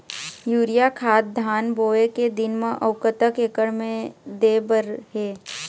Urea खाद धान बोवे के दिन म अऊ कतक एकड़ मे दे बर हे?